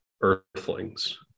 earthlings